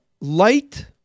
light